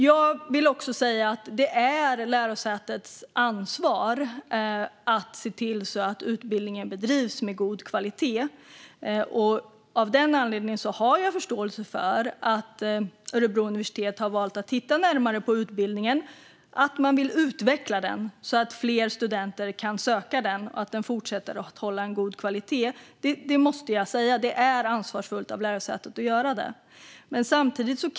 Jag vill också säga att det är lärosätets ansvar att se till att utbildningen bedrivs med god kvalitet. Av den anledningen har jag förståelse för att Örebro universitet har valt att titta närmare på utbildningen och vill utveckla den så att fler studenter kan söka den och den fortsätter hålla god kvalitet. Det är ansvarsfullt av universitetet att göra det; det måste jag säga.